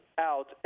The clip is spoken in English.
out